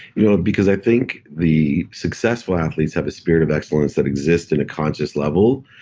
you know because i think the successful athletes have a spirit of excellence that exists in a conscious level,